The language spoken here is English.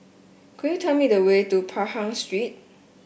could you tell me the way to Pahang Street